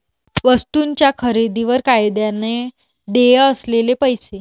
वस्तूंच्या खरेदीवर कायद्याने देय असलेले पैसे